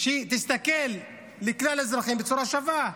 שתסתכל על כלל האזרחים בצורה שווה.